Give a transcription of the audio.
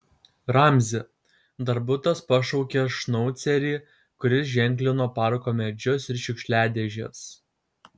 ramzi darbutas pašaukė šnaucerį kuris ženklino parko medžius ir šiukšliadėžes